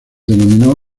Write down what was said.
denominó